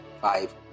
five